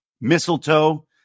mistletoe